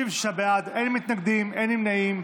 66 בעד, אין מתנגדים, אין נמנעים.